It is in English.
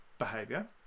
behavior